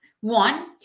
One